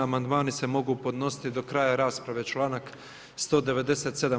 Amandmani se mogu podnositi do kraja rasprave, članak 197.